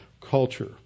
culture